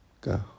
go